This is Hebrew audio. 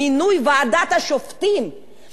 שזה להרים יד, באמת,